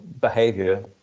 behavior